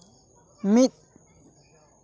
ᱢᱤᱫ